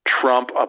Trump